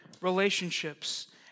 relationships